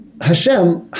Hashem